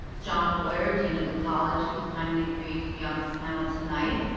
john boyer, dean of the college, who's kindly agreed to be on this panel tonight.